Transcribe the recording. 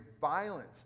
violence